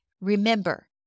Remember